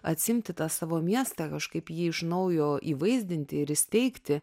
atsiimti tą savo miestą kažkaip jį iš naujo įvaizdinti ir įsteigti